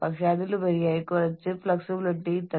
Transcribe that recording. അല്ലെങ്കിൽ നിങ്ങൾക്ക് വളരെ കുറച്ച് ജോലിയേ ഉള്ളൂ